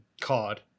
card